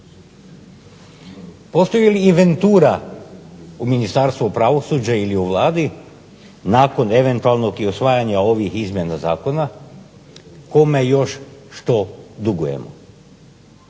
Postoji li inventura u Ministarstvu pravosuđa ili u Vladi nakon eventualnog i usvajanja ovih izmjena zakona kome još što dugujemo.